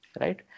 right